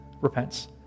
repents